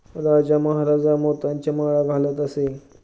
राजा महाराजा मोत्यांची माळ घालत असे